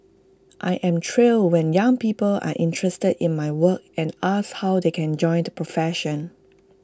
I am thrilled when young people are interested in my work and ask how they can join the profession